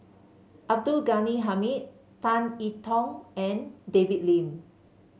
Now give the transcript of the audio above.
Abdul Ghani Hamid Tan I Tong and David Lim